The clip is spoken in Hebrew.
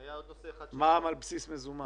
על בסיס מזומן?